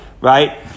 right